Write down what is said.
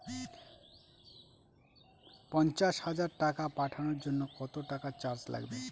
পণ্চাশ হাজার টাকা পাঠানোর জন্য কত টাকা চার্জ লাগবে?